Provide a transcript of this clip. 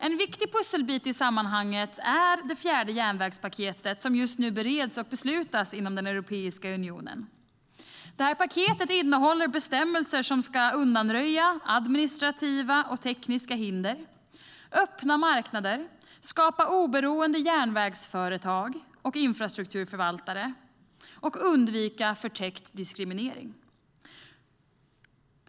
En viktig pusselbit i sammanhanget är det fjärde järnvägspaketet som just nu bereds och beslutas i Europeiska unionen. Paketet innehåller bestämmelser som ska undanröja administrativa och tekniska hinder, öppna marknader, skapa oberoende järnvägsföretag och infrastrukturförvaltare och undvika förtäckt diskriminering.